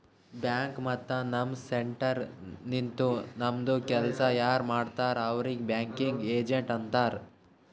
bank ಮತ್ತ ನಮ್ centre ನಿಂತು ನಮ್ದು ಕೆಲ್ಸಾ ಯಾರ್ ಮಾಡ್ತಾರ್ ಅವ್ರಿಗ್ ಬ್ಯಾಂಕಿಂಗ್ ಏಜೆಂಟ್ ಅಂತಾರ್